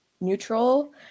neutral